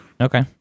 Okay